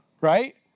Right